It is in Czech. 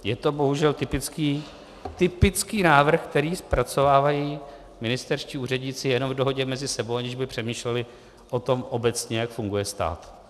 Je to bohužel typický návrh, který zpracovávají ministerští úředníci jenom v dohodě mezi sebou, aniž by přemýšleli obecně o tom, jak funguje stát.